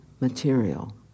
material